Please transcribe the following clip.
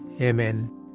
Amen